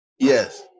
Yes